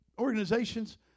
organizations